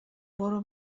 برو